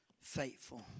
faithful